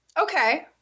Okay